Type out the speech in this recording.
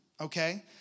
okay